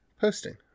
posting